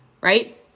Right